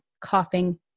coughing